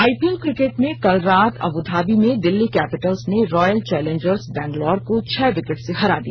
IPL cricket में कल रात अब् धाबी में दिल्ली कैपिटल्स ने रॉयल चैलेंजर्स बंगलौर को छह विकेट से हरा दिया